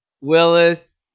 Willis